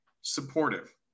supportive